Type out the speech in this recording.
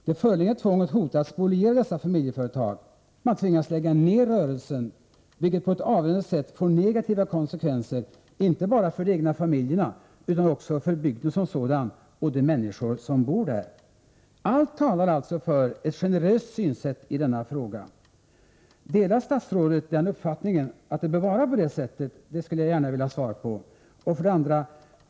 Det föreliggande tvånget hotar att spoliera dessa familjeföretag. Man kan tvingas lägga ner sin rörelse, vilket på ett avgörande sätt får negativa konsekvenser inte bara för de egna familjerna utan också för bygden som sådan och för de människor som bor där. Allt detta talar alltså för att man skall tillämpa ett generöst synsätt i denna fråga. Delar statsrådet uppfattningen att det bör vara på detta sätt? Den frågan skulle jag vilja ha svar på.